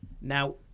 Now